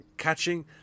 Catching